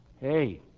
Hey